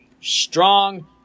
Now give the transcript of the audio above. Strong